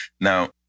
Now